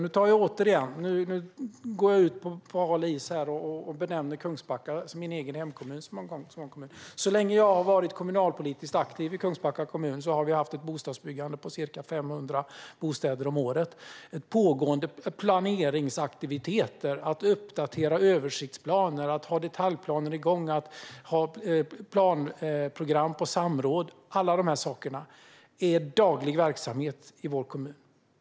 Nu går jag ut på hal is och nämner min egen hemkommun, Kungsbacka. Så länge jag har varit kommunalpolitiskt aktiv i Kungsbacka kommun har vi haft ett bostadsbyggande på ca 500 bostäder om året. En pågående planeringsaktivitet är att uppdatera översiktsplaner, att ha detaljplaner igång och planprogram på samråd. Alla de sakerna är daglig verksamhet i vår kommun.